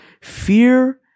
Fear